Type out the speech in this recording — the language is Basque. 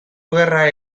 gerran